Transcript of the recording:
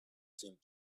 seemed